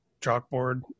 chalkboard